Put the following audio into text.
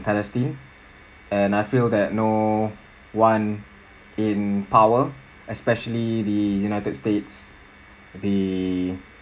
palestine and I feel that no one in power especially the united states the